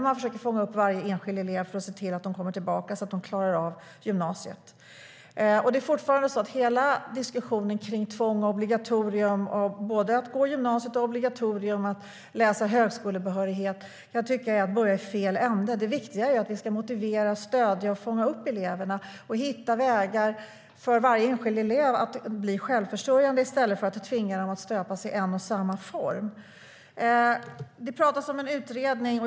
Man försöker fånga upp varje enskild elev för att se till att de kommer tillbaka och klarar av gymnasiet. Hela diskussionen om tvång och obligatorium att gå i gymnasiet och läsa in högskolebehörighet tycker jag fortfarande är att börja i fel ände. Det viktiga är ju att vi ska motivera, stödja och fånga upp eleverna. Vi ska hitta vägar för varje enskild elev att bli självförsörjande i stället för att tvinga dem att stöpas i en och samma form. Det pratas om en utredning.